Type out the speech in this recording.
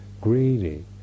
greedy